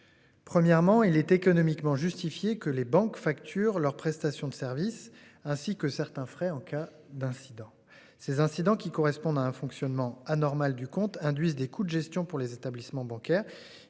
Premièrement il est économiquement justifié que les banques facturent leurs prestations de service ainsi que certains frais en cas d'incident. Ces incidents qui correspondent à un fonctionnement anormal du compte induisent des coûts de gestion pour les établissements bancaires